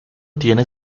tiene